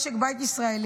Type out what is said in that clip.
משק בית ישראלי,